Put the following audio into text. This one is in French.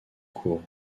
cour